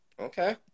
Okay